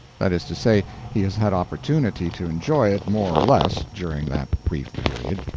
that is to say, he has had opportunity to enjoy it, more or less, during that brief period.